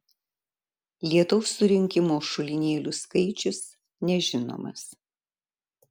lietaus surinkimo šulinėlių skaičius nežinomas